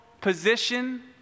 position